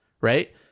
right